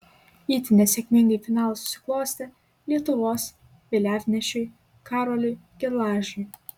itin nesėkmingai finalas susiklostė lietuvos vėliavnešiui karoliui gelažiui